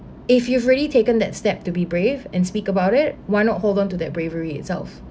if you've already taken that step to be brave and speak about it why not hold on to their bravery itself